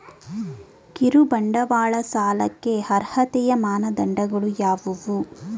ಕಿರುಬಂಡವಾಳ ಸಾಲಕ್ಕೆ ಅರ್ಹತೆಯ ಮಾನದಂಡಗಳು ಯಾವುವು?